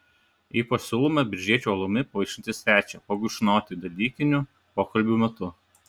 ypač siūlome biržiečių alumi pavaišinti svečią pagurkšnoti dalykinių pokalbių metu